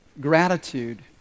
gratitude